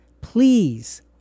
please